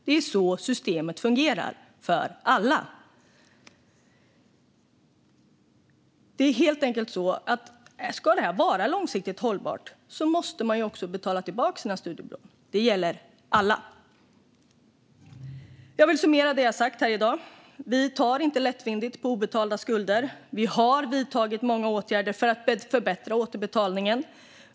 Det är så systemet fungerar för alla. Om det här ska vara långsiktigt hållbart måste man också betala tillbaka sina studielån. Det gäller alla. Jag vill summera det jag har sagt i dag. Regeringen tar inte lättvindigt på obetalda skulder. Vi har vidtagit många åtgärder för att förbättra återbetalningen.